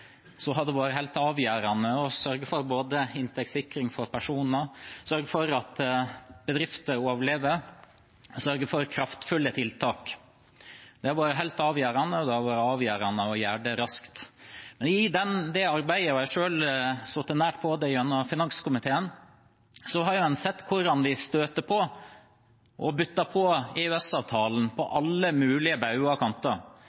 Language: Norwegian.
det vært helt avgjørende å sørge for inntektssikring for personer, sørge for at bedrifter overlever og sørge for kraftfulle tiltak. Det har vært helt avgjørende, og det har vært avgjørende å gjøre det raskt. I det arbeidet, og jeg har selv sittet nært på det i finanskomiteen, har en sett hvordan vi støter på og butter imot EØS-avtalen på alle mulige bauger og kanter. Noe av